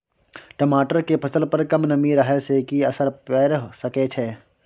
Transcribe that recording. टमाटर के फसल पर कम नमी रहै से कि असर पैर सके छै?